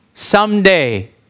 Someday